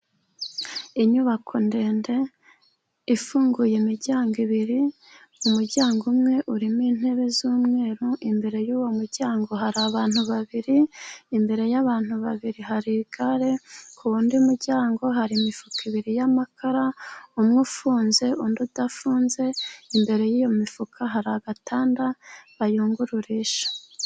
Inyubako ndende ifunguye imiryango ebyiri, umuryango umwe urimo intebe z'umweru imbere y'uwo muryango hari abantu babiri, imbere y'abantu babiri hari igare, k'uwundi muryango hari imifuka ebyiri y'amakara umwe ufunze undi udafunze. Imbere y'iyo mifuka hari agatanda bayungururisha.